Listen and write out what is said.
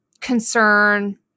concern